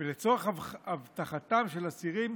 ולצורך אבטחתם של אסירים